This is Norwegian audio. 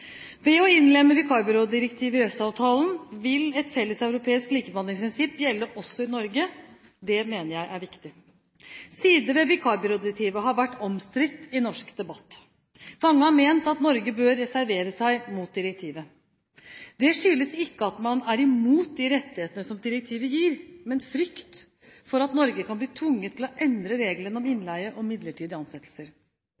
Ved å innlemme vikarbyrådirektivet i EØS-avtalen vil et felleseuropeisk likebehandlingsprinsipp gjelde også i Norge. Det mener jeg er viktig. Sider ved vikarbyrådirektivet har vært omstridt i norsk debatt. Mange har ment at Norge bør reservere seg mot direktivet. Det skyldes ikke at man er imot de rettighetene som direktivet gir, men frykt for at Norge kan bli tvunget til å endre reglene om